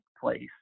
place